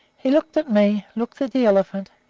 he looked at me, looked at the elephant,